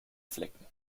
flecken